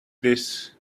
this